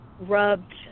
rubbed